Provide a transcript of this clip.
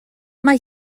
mae